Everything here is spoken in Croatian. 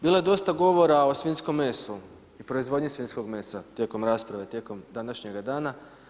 Bilo je dosta govora o svinjskom mesu i proizvodnji svinjskog mesa tijekom rasprave tijekom današnjega dana.